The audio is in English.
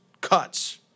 cuts